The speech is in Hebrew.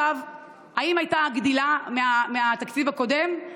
האם הייתה גדילה מהתקציב הקודם?